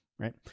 Right